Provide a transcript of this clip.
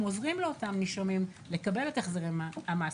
עוזרים לאותם נישומים לקבל את החזרי המס.